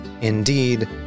indeed